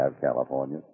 California